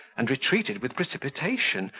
and retreated with precipitation,